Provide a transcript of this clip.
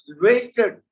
wasted